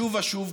שוב ושוב,